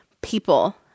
people